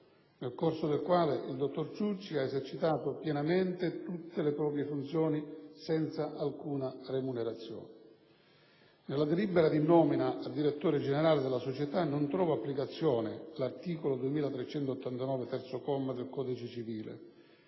nel corso del quale il dottor Ciucci ha esercitato pienamente tutte le sue funzioni senza alcuna remunerazione. Nella delibera di nomina a direttore generale della società non trova applicazione l'articolo 2389, comma 3, del codice civile,